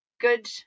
good